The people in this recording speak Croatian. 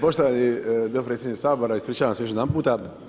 Poštovani dopredsjedniče Sabora, ispričavam se još jedanputa.